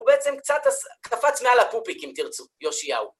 הוא בעצם קצת קפץ מעל הפופיק, אם תרצו, יאשיהו.